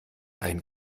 ein